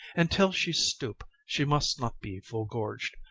and till she stoop she must not be full-gorg'd,